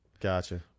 Gotcha